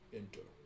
enter